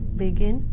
begin